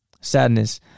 sadness